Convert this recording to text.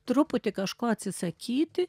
truputį kažko atsisakyti